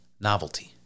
novelty